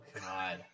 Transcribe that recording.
God